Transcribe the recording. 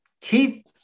Keith